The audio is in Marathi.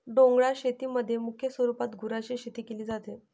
डोंगराळ शेतीमध्ये मुख्य स्वरूपात गुरांची शेती केली जाते